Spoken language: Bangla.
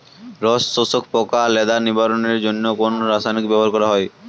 রস শোষক পোকা লেদা নিবারণের জন্য কোন রাসায়নিক ব্যবহার করা হয়?